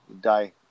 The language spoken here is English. die